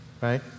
right